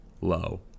low